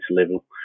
level